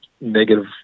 negative